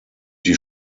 die